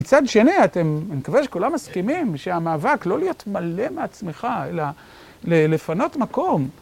מצד שני, אני מקווה שכולם מסכימים שהמאבק לא להיות מלא מעצמך אלא לפנות מקום.